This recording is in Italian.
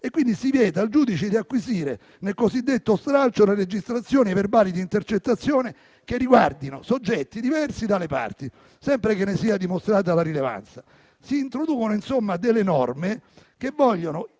quindi, al giudice di acquisire nel cosiddetto stralcio le registrazioni e i verbali di intercettazione che riguardino soggetti diversi dalle parti, sempre che ne sia dimostrata la rilevanza. Si introducono, insomma, delle norme che vogliono